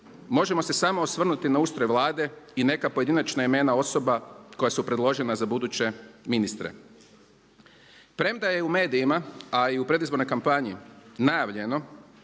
možemo se samo osvrnuti na ustroj Vlade i neka pojedinačna imena osoba koje su predložena za buduće ministre. Premda je u i medijima a i u predizbornoj kampanji najavljeno